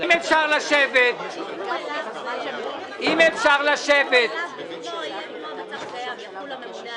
שר הפנים" יבוא "קיבל את